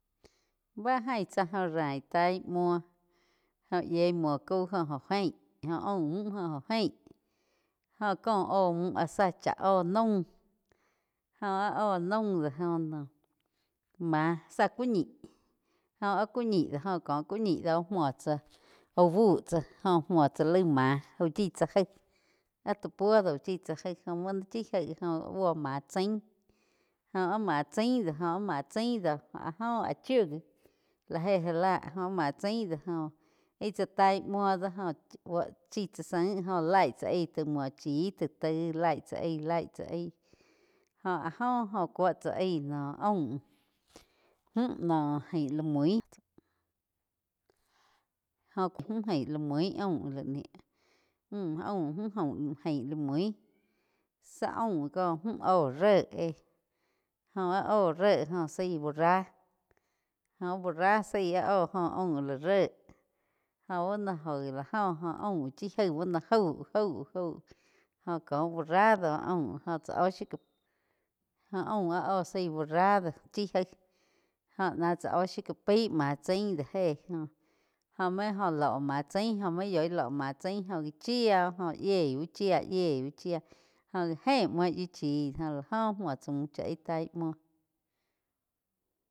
Bá jain tsá óh rain taí múo jóh yíeh múo caú jo óh ein, óh aum múh jo oh ein jo ko óh múh á zá chá óh naum jóh áh óh naum joh noh má záh ku ñih joh áh ku ñi jo co ku ñi do úo tsá uh buh tsá muo tsá laig máh úh chi chá gaig áh tá puo úh chi tsá gaig oh muo nai chi gaí áh joh búo máh tsain jóh má chain do joh. Áh joh áh chiu gi lá éh já la óh áh má chain do jo íh cha taái muo do buo chi tsá zain jó laig tsá aig ti múo chí ti taig laí tsá aí, laí tsá aí jó áh jo óh cúo tsá aig noh aum múh no aín la mui. Jó mju ain la mui aum laig nih aum mju ain la mui tsi aum cóh mju óh ré éh jó áh óh ré joh zaí buorrá óh áh buorrá zaí áh óh joh aum lá ré jo buo no oh la joh óh aum chi jaig buo noh jau-jau jóh cóh buorrá do aum chá oh shiu cá jó aum áh óh zaí buorrá do chi gaí goh náh chá óh shiu ká ái má tsain do héh jo mai joh lóh má tsain óh múo yoig lo má chain jo gá chía oh jo yíei uh chía yiei úh chía jó gá éh múo jó lá óh múo tsá múh chá íh taí múo.